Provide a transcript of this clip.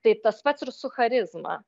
tai tas pats ir su charizma